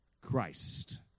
Christ